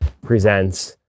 presents